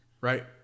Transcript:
right